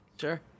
Sure